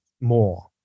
more